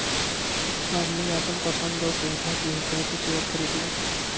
आदमी आपन पसन्द आउर सुविधा के हिसाब से सेअर खरीदला